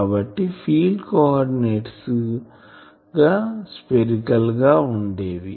కాబట్టి field coordinates గా spherical గా ఉండేవి